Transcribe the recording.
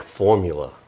formula